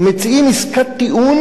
מציעים עסקת טיעון,